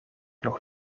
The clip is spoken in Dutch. nog